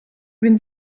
він